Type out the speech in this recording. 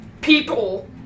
people